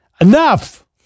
enough